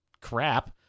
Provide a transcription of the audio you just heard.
crap